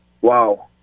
wow